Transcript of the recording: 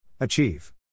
Achieve